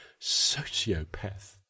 sociopath